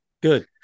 Good